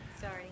Sorry